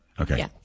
Okay